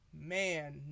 man